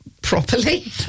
Properly